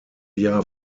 jahr